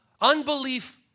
Unbelief